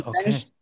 Okay